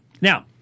now